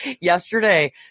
yesterday